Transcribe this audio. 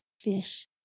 fish